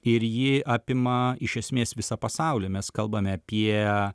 ir ji apima iš esmės visą pasaulį mes kalbame apie